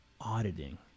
auditing